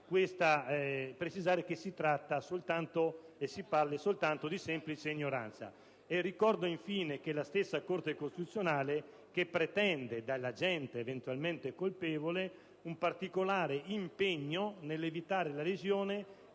precisare che si tratta soltanto di semplice ignoranza. Ricordo, infine, che è la stessa Corte costituzionale che pretende dall'agente eventualmente colpevole un particolare impegno nell'evitare la lesione